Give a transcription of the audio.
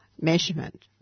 measurement